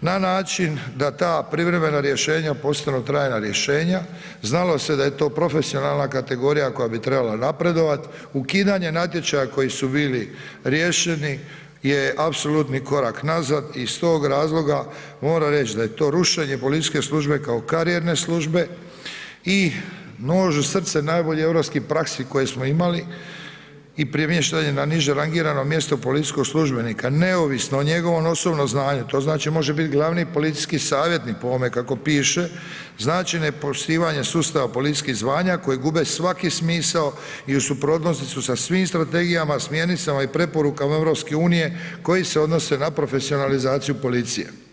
na način da ta privremena rješenja postanu trajna rješenja, znalo se da je to profesionalna kategorija koja bi trebala napredovat, ukidanje natječaja koji su bili riješeni je apsolutni korak nazad i iz tog razloga moram reći da je to rušenje političke službe kao karijerne službe i ... europskoj praksi koju smo imali i premještanjem na niže rangirano mjesto policijskog službenika neovisno o njegovom osobnom znanju, to znači može biti glavni policijski savjetnik po ovome kako piše, znači ne poštovanja sustava policijskih zvanja koji gube svaki smisao i suprotnosti su sa svim strategijama, smjernicama i preporukama EU-a koji se odnose na profesionalizaciju policije.